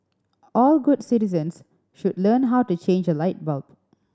all good citizens should learn how to change a light bulb